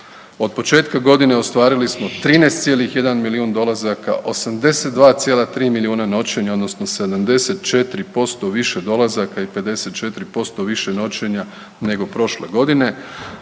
Od početka godine ostvarili smo 13,1 milijun dolazaka, 82,3 milijuna noćenja odnosno 74% više dolazaka i 54% više noćenja nego prošle godine